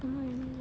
mm